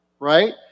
right